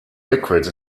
liquids